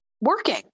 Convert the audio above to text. working